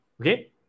Okay